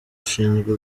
ashinzwe